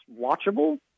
watchable